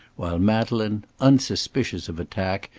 while madeleine, unsuspicious of attack,